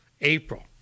April